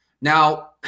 Now